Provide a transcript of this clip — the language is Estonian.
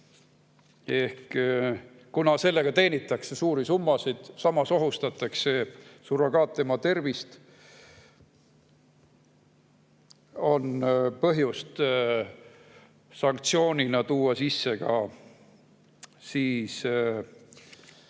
Kuna sellega teenitakse suuri summasid, samas ohustatakse surrogaatema tervist, on põhjust tuua sanktsioonina sisse ka päriselt